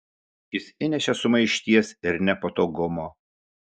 jis įnešė sumaišties ir nepatogumo